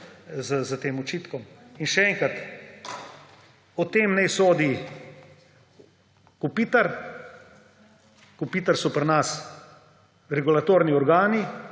s tem očitkom. In še enkrat, o tem naj sodi Kopitar; Kopitar so pri nas regulatorni organi